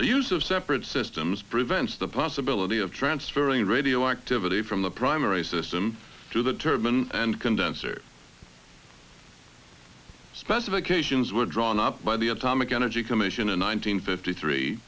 the use of separate systems prevents the possibility of transferring radioactivity from the primary system through the term and condensor specifications were drawn up by the atomic energy commission in one nine hundred fifty three